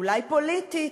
אולי פוליטית,